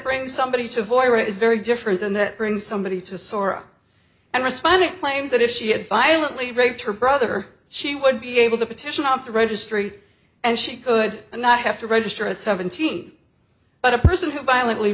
brings somebody to avoid it is very different than that bring somebody to soar and respond it claims that if she had finally raped her brother she would be able to petition off the registry and she could not have to register at seventeen but a person who violently